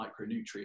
micronutrients